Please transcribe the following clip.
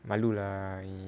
malu lah